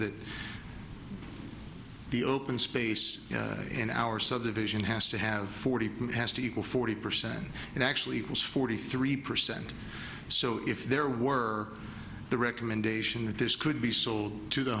that the open space in our subdivision has to have forty has to equal forty percent and actually it was forty three percent so if there were the recommendation that this could be sold to the